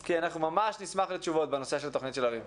כי אנחנו ממש נשמח לתשובות בנושא של תכנית שלבים.